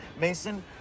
Mason